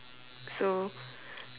so